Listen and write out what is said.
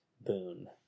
boon